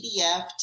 PDF